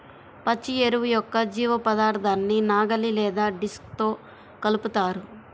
పచ్చి ఎరువు యొక్క జీవపదార్థాన్ని నాగలి లేదా డిస్క్తో కలుపుతారు